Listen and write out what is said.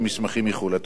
התומכים בטענותיהם.